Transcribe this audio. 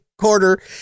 quarter